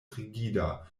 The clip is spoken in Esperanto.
rigida